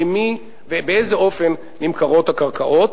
למי ובאיזה אופן נמכרות הקרקעות.